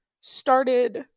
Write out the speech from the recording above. started